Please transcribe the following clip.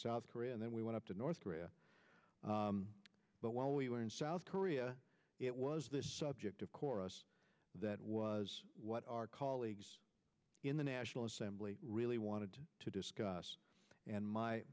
south korea and then we went to north korea but while we were in south korea it was the subject of course that was what our colleagues in the national assembly really wanted to discuss and